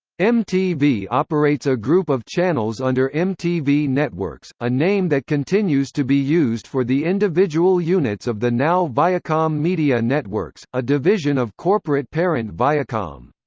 mtv operates a group of channels under mtv networks a name that continues to be used for the individual units of the now viacom media networks, a division of corporate parent viacom.